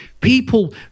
people